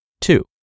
Two